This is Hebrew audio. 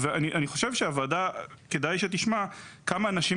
אני חושב שכדאי שהוועדה תשמע כמה אנשים